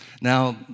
Now